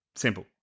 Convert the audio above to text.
Simple